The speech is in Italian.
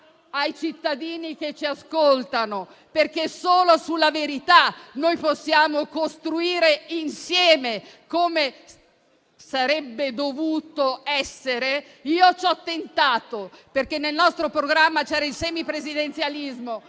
ai cittadini che ci ascoltano, perché solo su di essa possiamo costruire insieme, come sarebbe dovuto essere e ho tentato di fare. Nel nostro programma c'era infatti il semipresidenzialismo: